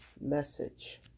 message